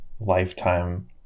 lifetime